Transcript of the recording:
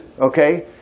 okay